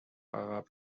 عقب